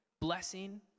blessing